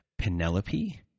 Penelope